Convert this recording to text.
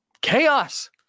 Chaos